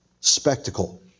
spectacle